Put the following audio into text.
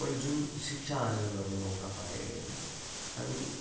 मैले जुन शिक्षा आर्जन गर्ने मौका पाएँ होइन आई मिन